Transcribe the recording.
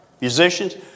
musicians